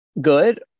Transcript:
good